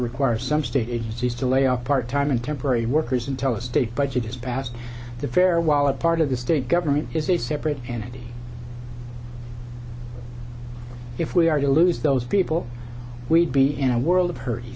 require some state agencies to layoff part time and temporary workers and tell a state budget just passed the fair while a part of the state government is a separate entity if we are to lose those people we'd be in a world of hurt